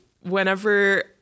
whenever